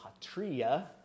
patria